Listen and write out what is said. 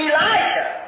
Elijah